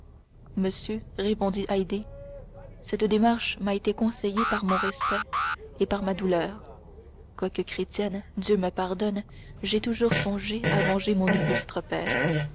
monsieur répondit haydée cette démarche m'a été conseillée par mon respect et par ma douleur quoique chrétienne dieu me pardonne j'ai toujours songé à venger mon illustre père